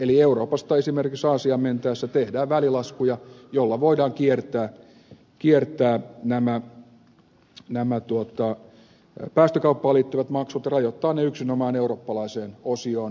eli euroopasta esimerkiksi aasiaan mentäessä tehdään välilaskuja millä voidaan kiertää nämä päästökauppaan liittyvät maksut ja rajoittaa ne yksinomaan eurooppalaiseen osioon